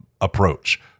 Approach